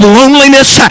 loneliness